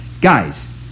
guys